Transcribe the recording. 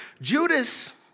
Judas